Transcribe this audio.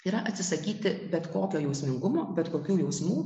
yra atsisakyti bet kokio jausmingumo bet kokių jausmų